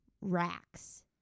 racks